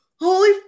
Holy